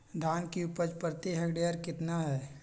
धान की उपज प्रति हेक्टेयर कितना है?